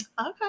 Okay